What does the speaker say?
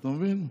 אתה מבין?